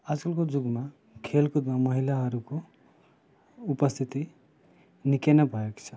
आजकलको जुगमा खेलकुदमा महिलाहरूको उपस्थिति निकै नै भएको छ